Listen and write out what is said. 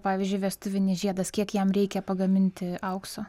pavyzdžiui vestuvinis žiedas kiek jam reikia pagaminti aukso